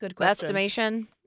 estimation